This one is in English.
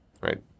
right